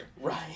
Right